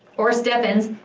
or stefans,